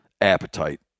appetite